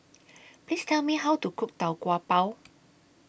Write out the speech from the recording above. Please Tell Me How to Cook Tau Kwa Pau